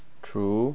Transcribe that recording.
true